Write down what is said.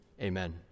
Amen